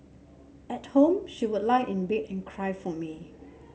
at home she would lie in bed and cry for me